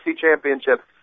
Championship